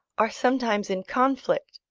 are sometimes in conflict,